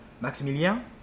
Maximilien